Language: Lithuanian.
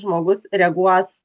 žmogus reaguos